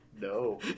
No